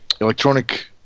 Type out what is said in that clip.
electronic